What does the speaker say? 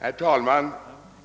Herr talman!